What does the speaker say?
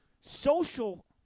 Social